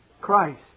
Christ